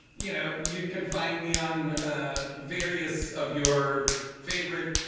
you know, you can find me on ah various of your favorite